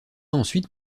ensuite